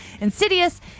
Insidious